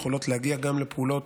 יכולות להגיע גם לפעולות